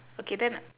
okay then